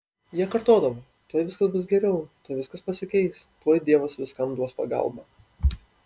jie kartodavo tuoj viskas bus geriau tuoj viskas pasikeis tuoj dievas viskam duos pagalbą